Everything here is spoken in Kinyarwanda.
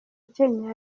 kenya